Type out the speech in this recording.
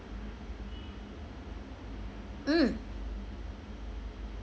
mm